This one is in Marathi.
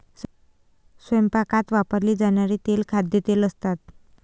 स्वयंपाकात वापरली जाणारी तेले खाद्यतेल असतात